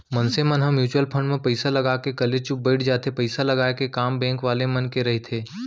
मनसे मन ह म्युचुअल फंड म पइसा ल लगा के कलेचुप बइठ जाथे पइसा लगाय के काम बेंक वाले मन के रहिथे